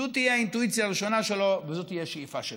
זו תהיה האינטואיציה הראשונה שלו וזו תהיה השאיפה שלו.